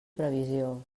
previsió